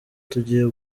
tugiye